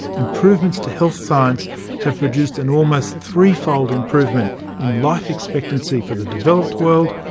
improvements to health science have produced an almost three-fold improvement in life expectancy for the developed world,